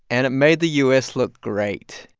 and it made the u s. look great.